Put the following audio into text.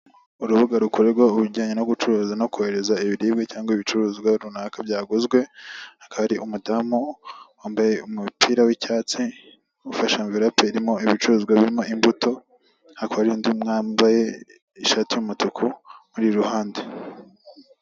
Urubuga rukorerwaho ibijyanye no gucuruza no kohereza ibiribwa cyangwa ibicuruzwa runaka byaguzwe, hakaba hari umudamu wambaye umupira w'icyatsi, ufashe amvelope irimo ibicuruzwa birimo imbuto, hakaba hari n'undi wambaye ishati y'umutuku uri iruhande.